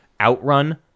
outrun